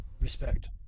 Respect